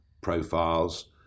profiles